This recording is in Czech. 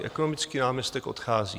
Ekonomický náměstek odchází.